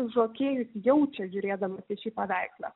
žokėjus jaučia žiūrėdamas į šį paveikslą